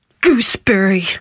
Gooseberry